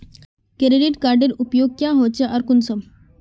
Credit कार्डेर उपयोग क्याँ होचे आर कुंसम?